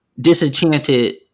disenchanted